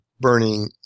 burning